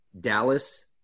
Dallas